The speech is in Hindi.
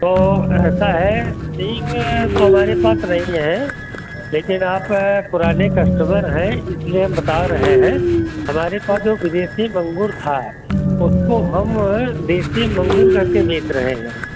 तो ऐसा है सींग तो हमारे पास नहीं है लेकिन आप पुराने कस्टमर है इसीलिए हम बता रहे हैं हमारे पास जो विदेशी मंगूर था उसको हम देसी मंगूर कह के बेच रहे हैं